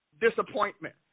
disappointment